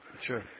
Sure